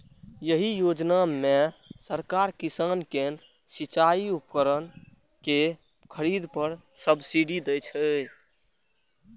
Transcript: एहि योजना मे सरकार किसान कें सिचाइ उपकरण के खरीद पर सब्सिडी दै छै